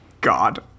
God